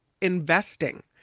investing